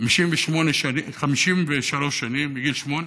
53 שנים, מגיל שמונה,